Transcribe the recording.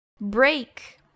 Break